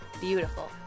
Beautiful